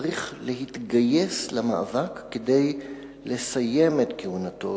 צריך להתגייס למאבק כדי לסיים את כהונתו